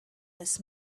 this